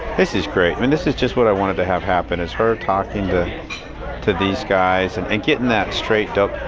this is great, i mean this is just what i wanted to have happen. is for her talking to to these guys, and and getting that straight dope.